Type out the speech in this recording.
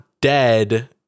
dead